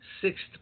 sixth